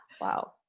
Wow